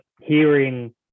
hearing